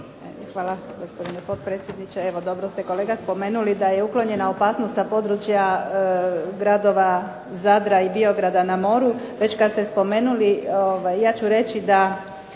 Hvala, gospodine potpredsjedniče. Evo dobro ste kolega spomenuli da je uklonjena opasnost sa područja gradova Zadra i Biograda na moru. Već kad ste spomenuli ja ću reći da